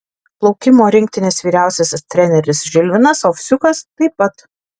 plaukimo rinktinės vyriausiasis treneris žilvinas ovsiukas taip pat